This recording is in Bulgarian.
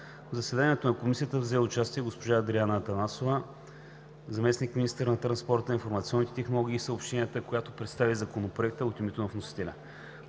В заседанието на Комисията взе участие госпожа Адриана Атанасова – заместник-министър на транспорта, информационните технологии и съобщенията, която представи Законопроекта от името на вносителя.